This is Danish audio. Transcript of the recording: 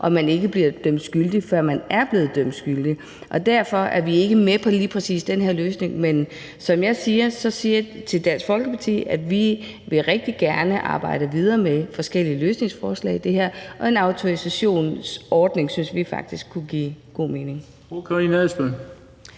at man ikke bliver dømt skyldig, før man er blevet dømt skyldig. Og derfor er vi ikke med på lige præcis den her løsning, men som jeg siger til Dansk Folkeparti, vil vi rigtig gerne arbejde videre med forskellige løsningsforslag i det her, og en autorisationsordning synes vi faktisk kunne give god mening.